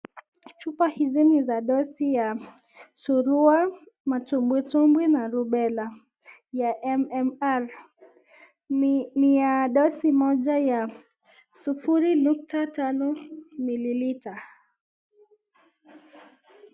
Chupa hizi ni za dosi ya surua, matumbwitumbwi na rubella ya MMR ,ni ya dosi moja ya sufuri nukta tano mililita.